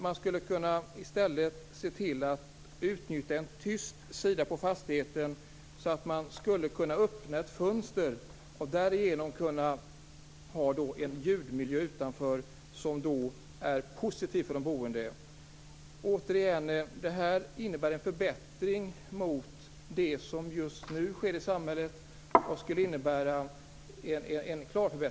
I stället skulle man kunna se till att en tyst sida av fastigheten utnyttjas så att man kan öppna ett fönster och ha en ljudnivå utanför som är positiv för de boende. Det här innebär en klar förbättring jämfört med vad som just nu sker i samhället.